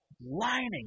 lining